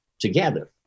together